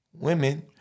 women